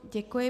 Děkuji.